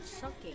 shocking